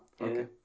okay